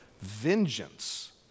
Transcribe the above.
vengeance